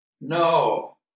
No